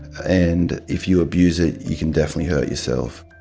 and if you abuse it, you can definitely hurt yourself.